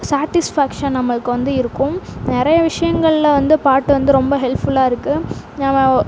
satisfaction நம்மள்க்கு வந்து இருக்கும் நிறைய விஷியங்களில் வந்து பாட்டு வந்து ரொம்ப ஹெல்ப்ஃபுல்லாக இருக்கு நம்ம